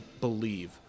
believe